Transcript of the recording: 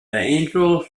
anglo